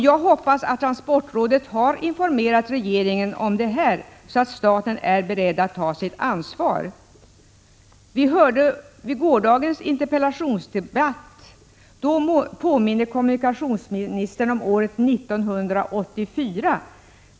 Jag hoppas att transportrådet har informerat regeringen om detta, så att staten är beredd att ta sitt ansvar. Vi hörde i gårdagens interpellationsdebatt hur kommunikationsministern påminde om året 1984.